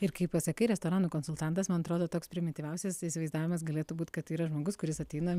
ir kai pasakai restoranų konsultantas man atrodo toks primityviausias įsivaizdavimas galėtų būt kad tai yra žmogus kuris ateina